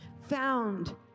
found